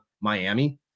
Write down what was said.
Miami